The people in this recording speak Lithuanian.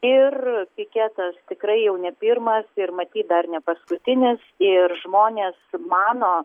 ir piketas tikrai jau ne pirmas ir matyt dar ne paskutinis ir žmonės mano